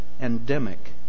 endemic